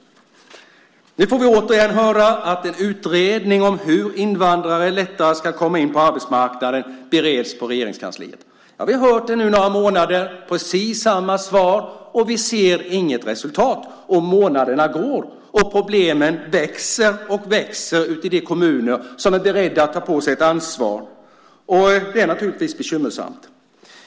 Nu får vi återigen höra att en utredning om hur invandrare lättare ska komma in på arbetsmarknaden bereds på Regeringskansliet. Vi har hört det nu i några månader. Det är precis samma svar. Vi ser inget resultat. Månaderna går och problemen växer och växer ute i de kommuner som är beredda att ta på sig ett ansvar. Det är bekymmersamt.